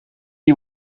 die